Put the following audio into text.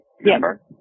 number